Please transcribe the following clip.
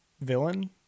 villain